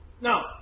Now